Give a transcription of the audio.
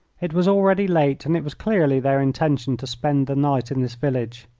it was already late, and it was clearly their intention to spend the night in this village.